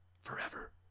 forever